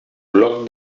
bloc